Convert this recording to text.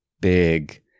big